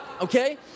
okay